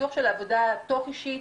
בפיתוח של עבודה תוך אישית,